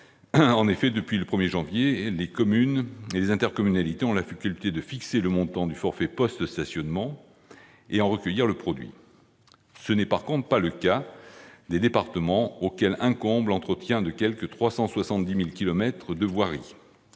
En effet, depuis le 1 janvier, les communes et les intercommunalités ont la faculté de fixer le montant du forfait post-stationnement et à en recueillir le produit. Ce n'est, en revanche, pas le cas des départements, auxquels incombe l'entretien de quelque 370 000 kilomètres de voirie.